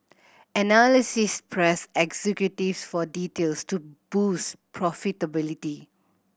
analysts pressed executives for details to boost profitability